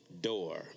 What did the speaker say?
door